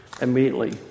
immediately